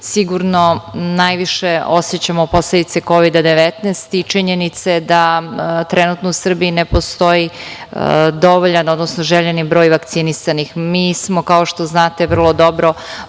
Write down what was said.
sigurno najviše osećamo posledice Kovida 19 i činjenice da trenutno u Srbiji ne postoji dovoljan, odnosno željeni broj vakcinisanih. Mi smo, kao što znate vrlo dobro, vodili